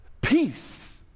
peace